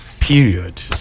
period